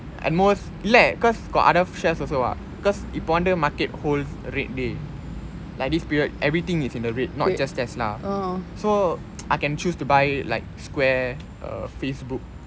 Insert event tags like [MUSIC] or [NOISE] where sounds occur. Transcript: and most இல்ல:illa cause got other shares also [what] cause இப்போ:ippo vanthu market holds red day like this period everything is in the red not just tesla so [NOISE] I can choose to buy like square a facebook